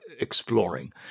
exploring